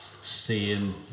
seeing